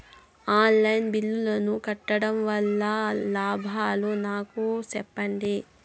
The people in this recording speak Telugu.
ఆన్ లైను బిల్లుల ను కట్టడం వల్ల లాభాలు నాకు సెప్పండి?